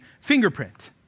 fingerprint